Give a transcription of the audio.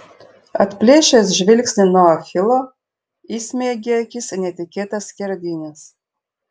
atplėšęs žvilgsnį nuo achilo įsmeigė akis į netikėtas skerdynes